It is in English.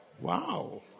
Wow